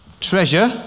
Treasure